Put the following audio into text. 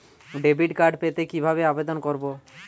Debit card পেতে কি ভাবে আবেদন করব?